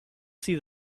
see